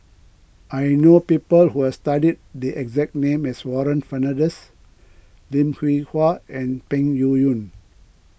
I know people who have studied the exact name as Warren Fernandez Lim Hwee Hua and Peng Yu Yun